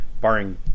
barring